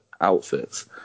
outfits